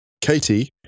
Katie